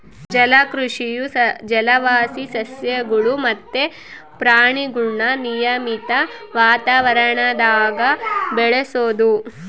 ಜಲಕೃಷಿಯು ಜಲವಾಸಿ ಸಸ್ಯಗುಳು ಮತ್ತೆ ಪ್ರಾಣಿಗುಳ್ನ ನಿಯಮಿತ ವಾತಾವರಣದಾಗ ಬೆಳೆಸೋದು